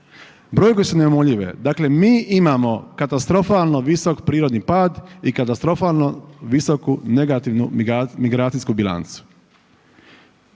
brojke su neumoljive. Dakle, mi imamo katastrofalno visok prirodni pad i katastrofalno visoku negativnu migracijsku bilancu.